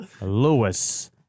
Lewis